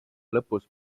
lõpus